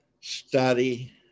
study